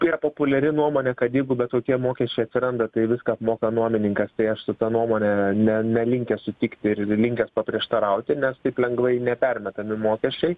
tai yra populiari nuomonė kad jeigu bet kokie mokesčiai atsiranda tai viską apmoka nuomininkas tai aš su ta nuomone ne ne nelinkęs sutikti ir linkęs paprieštarauti nes taip lengvai nepermetami mokesčiai